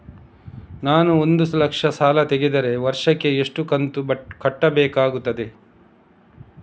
ನಾನು ಒಂದು ಲಕ್ಷ ಸಾಲ ತೆಗೆದರೆ ವರ್ಷಕ್ಕೆ ಎಷ್ಟು ಕಂತು ಕಟ್ಟಬೇಕಾಗುತ್ತದೆ?